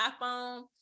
iPhone